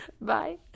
Bye